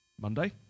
Monday